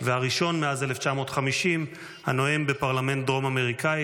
והראשון מאז 1950 הנואם בפרלמנטר דרום אמריקאי